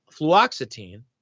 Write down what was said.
Fluoxetine